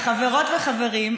חברות וחברים,